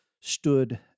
stood